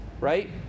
right